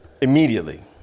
immediately